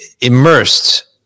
Immersed